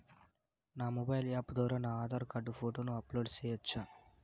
నా mobile app ద్వారా నా ఆధార్ కార్డు ఫోటోను అప్లోడ్ సేయొచ్చా?